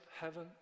heaven